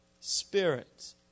Spirit